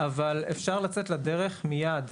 אבל אפשר לצאת לדרך מיד.